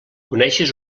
coneixes